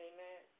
Amen